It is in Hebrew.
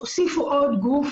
הוסיפו עוד גוף